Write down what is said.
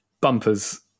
bumpers